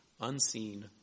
unseen